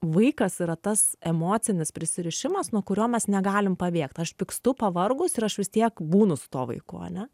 vaikas yra tas emocinis prisirišimas nuo kurio mes negalim pabėgt aš pykstu pavargus ir aš vis tiek būnu su tuo vaiku ane